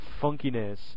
funkiness